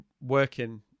working